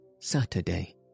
Saturday